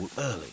early